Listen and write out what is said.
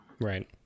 right